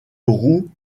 roux